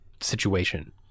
situation